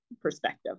perspective